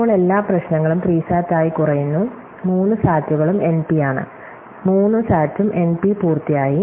ഇപ്പോൾ എല്ലാ പ്രശ്നങ്ങളും 3 സാറ്റായി കുറയുന്നു മൂന്ന് സാറ്റുകളും എൻപിയാണ് 3 സാറ്റും എൻപി പൂർത്തിയായി